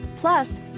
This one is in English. Plus